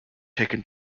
taken